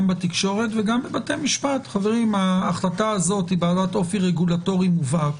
גם בתקשורת וגם בבתי המשפט ההחלטה הזאת היא בעלת אופי רגולטורי מובהק,